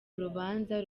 urubanza